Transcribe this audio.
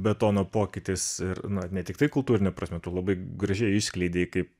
betono pokytis ir na ne tiktai kultūrine prasme tu labai gražiai išskleidei kaip